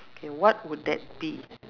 K what would that be